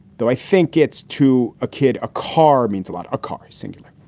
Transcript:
though. i think it's to a kid. a car means a lot. a car. singular.